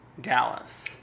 Dallas